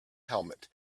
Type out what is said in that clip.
helmet